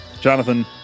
Jonathan